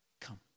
come